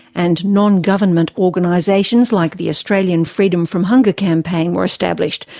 and non-government organisations like the australian freedom from hunger campaign were established,